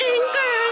Anger